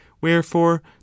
wherefore